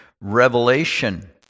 revelation